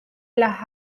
las